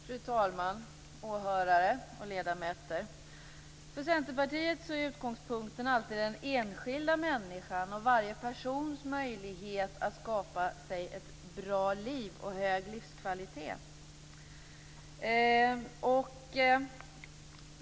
Fru talman! Åhörare och ledamöter! För Centerpartiet är utgångspunkten alltid den enskilda människan och varje persons möjlighet att skapa sig ett bra liv och hög livskvalitet.